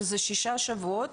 שזה שישה שבועות.